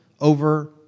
over